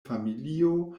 familio